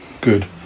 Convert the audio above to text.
good